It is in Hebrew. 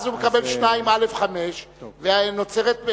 ואז הוא מקבל 2(א)(5), ונוצרת,